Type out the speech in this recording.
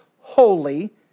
holy